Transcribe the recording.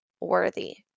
worthy